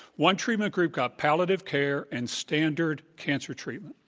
one treatment group got palliative care and standard cancer treatment.